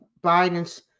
Biden's